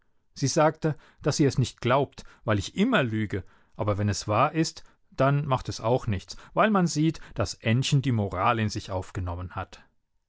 sie sagte daß sie es nicht glaubt weil ich immer lüge aber wenn es wahr ist dann macht es auch nichts weil man sieht daß ännchen die moral in sich aufgenommen hat